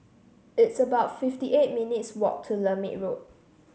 it's about fifty eight minutes' walk to Lermit Road